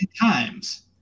times